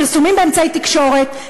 פרסומים באמצעי תקשורת,